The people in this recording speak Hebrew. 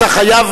אתה חייב,